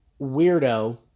weirdo